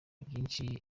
byinshi